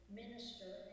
minister